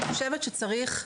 אני חושבת שצריך לחשוב,